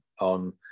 on